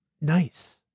nice